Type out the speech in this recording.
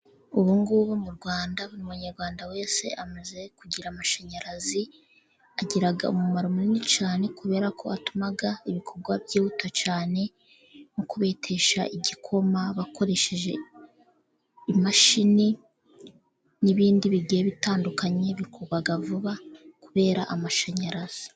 Ubu ngubu mu Rwanda, buri munyarwanda wese amaze kugira amashanyarazi, agira umumaro munini cyane kubera ko atuma ibikorwa byihuta cyane, nko kubetesha igikoma bakoresheje imashini, n'ibindi bigiye bitandukanye bikuba vuba kubera amashanyarazi.